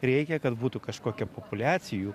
reikia kad būtų kažkokia populiacijų